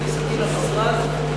בכניסתי למשרד,